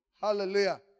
Hallelujah